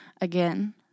Again